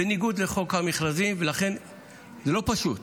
בניגוד לחוק המכרזים, ולכן זה לא פשוט.